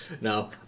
no